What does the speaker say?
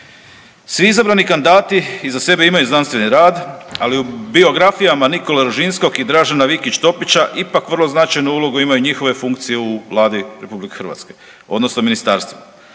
Svi izabrani kandidati iza sebe imaju znanstveni rad, ali u biografijama Nikole Rožinskog i Dražena Vikić Topića ipak vrlo značajnu ulogu imaju njihove funkcije u Vladi RH odnosno ministarstvu.